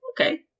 Okay